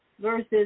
versus